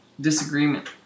disagreement